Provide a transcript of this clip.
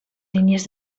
línies